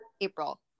April